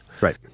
right